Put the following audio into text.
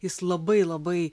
jis labai labai